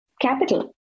capital